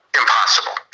impossible